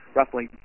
roughly